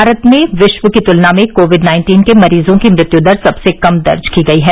भारत में विश्व की तुलना में कोविड नाइन्टीन के मरीजों की मृत्यु दर सबसे कम दर्ज की गई है